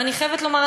ואני חייבת לומר,